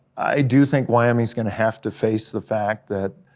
i do think wyoming is going to have to face the fact that